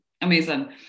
Amazing